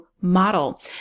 model